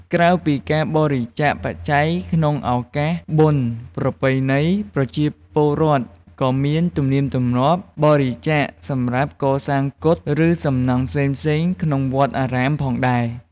ក្រៅពីការបរិច្ចាគបច្ច័យក្នុងឱកាសបុណ្យប្រពៃណី ប្រជាពលរដ្ឋក៏មានទំនៀមទម្លាប់ បរិច្ចាគសម្រាប់កសាងកុដិ ឬសំណង់ផ្សេងៗ ក្នុងវត្តអារាមផងដែរ។